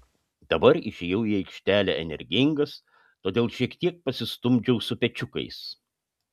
dabar išėjau į aikštelę energingas todėl šiek tiek pasistumdžiau su pečiukais